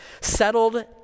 settled